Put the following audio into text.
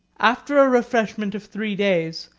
after a refreshment of three days,